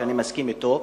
שאני מסכים אתו.